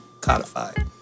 codified